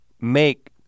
make